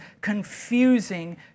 confusing